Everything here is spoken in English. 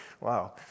Wow